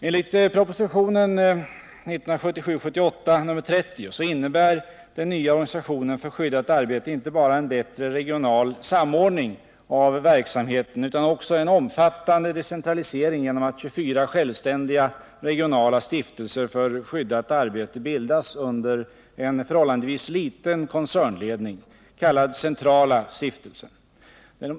Enligt propositionen 1977/78:30 innebär den nya organisationen för skyddat arbete inte bara en bättre regional samordning av verksamheten utan också en omfattande decentralisering genom att 24 självständiga regionala stiftelser för skyddat arbete bildas under en förhållandevis liten koncernledning, kallad centrala stiftelsen.